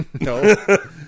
No